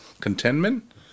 contentment